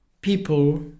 people